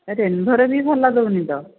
ରେନ୍ବୋରେ ବି ଭଲ ଦେଉନି ତ